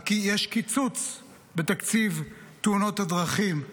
יש קיצוץ בתקציב תאונות הדרכים.